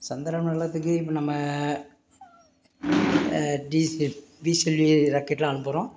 சந்திர மண்டலத்துக்கு இப்போ நம்ம பிஎஸ்எல்வி ராக்கெட்டுலாம் அனுப்புகிறோம்